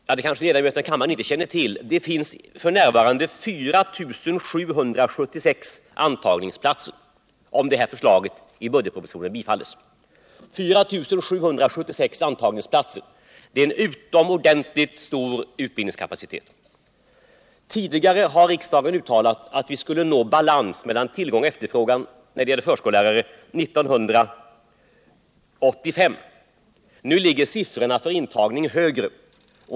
Ledamöterna i kammaren kanske inte känner till att det f. n. finns 4 776 antagningsplatser — om det här förslaget i'budgetpropositionen bifalles. 4 776 antagningsplatser är en utomordentligt stor utbildningskapacitet. Tidigare har riksdagen uttalat att vi 1985 skulle nå balans mellan tillgång och efterfrågan när det gäller förskollärare. Nu ligger siffrorna för intagning högre.